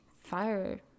fire